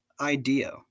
idea